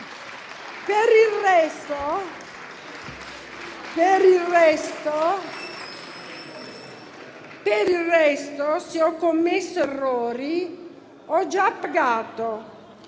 Per il resto, se ho commesso errori, ho già pagato,